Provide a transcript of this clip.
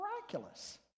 miraculous